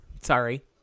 sorry